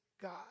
God